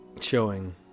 Showing